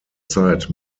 zeit